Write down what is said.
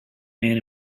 man